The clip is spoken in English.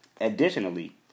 Additionally